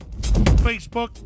Facebook